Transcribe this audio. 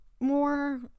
more